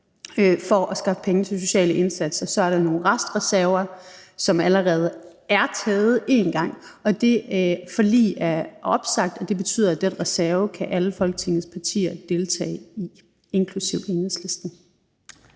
for at skaffe penge til sociale indsatser. Så er der nogle restreserver, som allerede er taget en gang. Det forlig er opsagt, og det betyder, at den reserve kan alle Folketingets partier deltage i udmøntningen